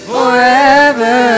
Forever